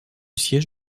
siège